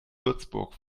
würzburg